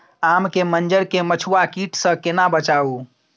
आम के मंजर के मधुआ कीट स केना बचाऊ?